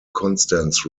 constants